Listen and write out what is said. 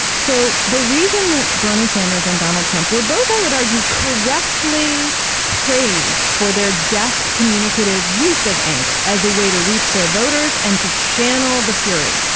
so the reason that bernie sanders and donald trump were both, i would argue, correctly praised for their deft communicative use of anger as a way to reach their voters and to channel the fury.